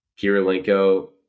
Kirilenko